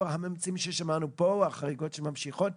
הממצאים ששמענו פה והחריגות שממשיכות.